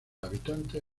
habitantes